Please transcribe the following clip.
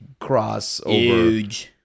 crossover